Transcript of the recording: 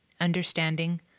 understanding